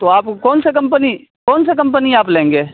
تو آپ کو کون سا کمپنی کون سا کمپنی آپ لیں گے